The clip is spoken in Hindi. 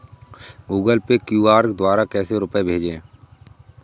गूगल पे क्यू.आर द्वारा कैसे रूपए भेजें?